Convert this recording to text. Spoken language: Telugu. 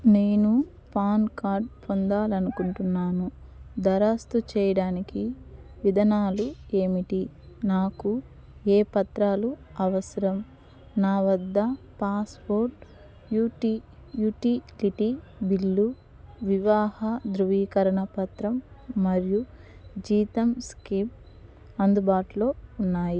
నేను పాన్ కార్డ్ పొందాలనుకుంటున్నాను దరఖాస్తు చెయ్యడానికి వధానాలు ఏమిటి నాకు ఏ పత్రాలు అవసరం నా వద్ద పాస్పోర్ట్ యుటి యుటిలిటీ బిల్లు వివాహ ధ్రువీకరణ పత్రం మరియు జీతం స్లీప్ అందుబాట్లో ఉన్నాయి